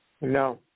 No